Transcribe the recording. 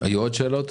היו עוד שאלות?